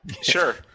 Sure